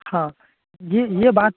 हाँ यह यह बात